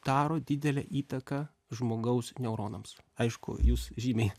daro didelę įtaką žmogaus neuronams aišku jūs žymiai